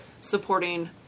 supporting